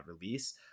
release